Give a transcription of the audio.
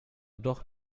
doch